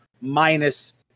minus